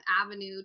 Avenue